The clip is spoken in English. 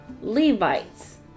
Levites